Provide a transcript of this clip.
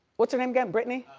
what's her name again, brittany?